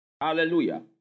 Hallelujah